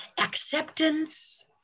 acceptance